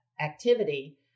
activity